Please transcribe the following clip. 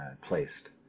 placed